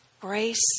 Grace